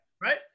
Right